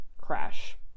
crash